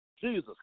Jesus